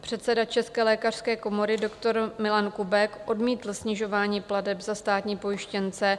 Předseda České lékařské komory doktor Milan Kubek odmítl snižování plateb za státní pojištěnce.